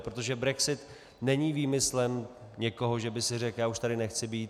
Protože brexit není výmyslem někoho, že by řekl já už tady nechci být.